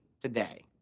today